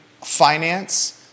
finance